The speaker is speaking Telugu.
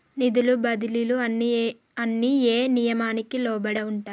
నిధుల బదిలీలు అన్ని ఏ నియామకానికి లోబడి ఉంటాయి?